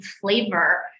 flavor